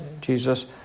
Jesus